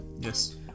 Yes